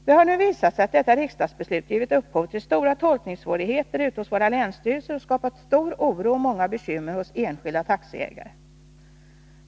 Det har nu visat sig att detta riksdagsbeslut givit upphov till stora tolkningssvårigheter ute hos våra länsstyrelser och skapat stor oro och många bekymmer hos enskilda taxiägare.